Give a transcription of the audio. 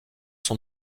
son